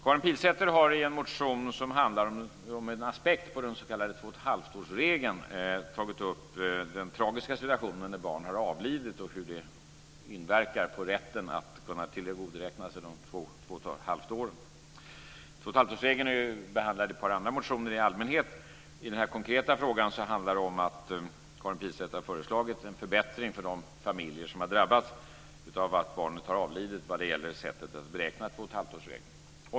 Karin Pilsäter har i en motion som handlar om en aspekt på den s.k. 2,5-årsregeln tagit upp den tragiska situationen när barn har avlidit och hur det inverkar på rätten att kunna tillgodoräkna sig de 2,5 åren. Denna regel är behandlad i ett par andra motioner i allmänhet. I den här konkreta frågan handlar det om att Karin Pilsäter har föreslagit en förbättring vad det gäller sättet att beräkna 2,5-årsregeln för de familjer som har drabbas av att barnet har avlidit.